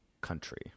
country